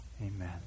Amen